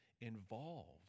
involved